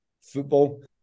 football